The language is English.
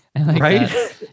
Right